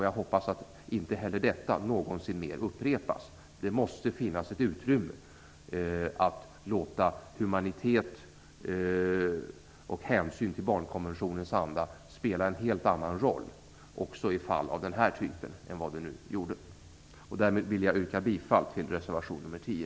Jag hoppas att inte heller detta någonsin mer upprepas. Det måste finnas ett utrymme att låta humanitet och hänsyn till barnkonventionens anda spela en helt annan roll också i fall av den här typen än vad de nu gjorde. Därmed vill jag yrka bifall till reservation 10.